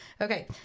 Okay